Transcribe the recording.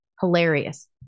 Hilarious